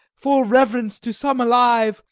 for reverence to some alive,